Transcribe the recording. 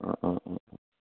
অঁ অঁ অঁ অঁ